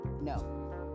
No